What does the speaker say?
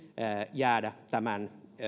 jäädä tämän